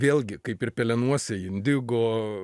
vėlgi kaip ir pelenuose indigo